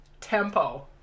Tempo